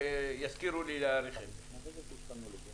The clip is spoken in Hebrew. מה ההתייחסות שלכם לעניין שיחה בתקשורת אלקטרונית?